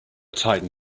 tightened